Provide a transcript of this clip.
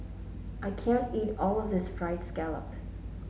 I can't eat all of this fried scallop